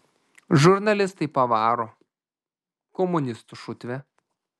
žurnalistai pavaro komunistų šutvė